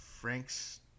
Frank's